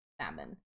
salmon